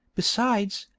besides,